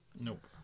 Nope